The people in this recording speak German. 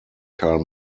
karl